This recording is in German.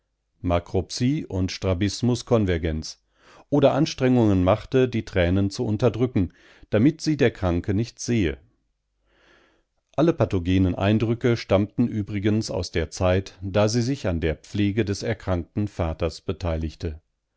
und strabismus conv oder anstrengungen machte die tränen zu unterdrücken damit sie der kranke nicht sehe alle pathogenen eindrücke stammten übrigens aus der zeit da sie sich an der pflege des erkrankten vaters beteiligte